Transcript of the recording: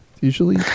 Usually